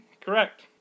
Correct